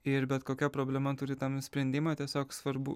ir bet kokia problema turi tam sprendimą tiesiog svarbu